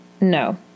no